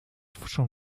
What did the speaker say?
schon